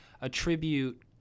attribute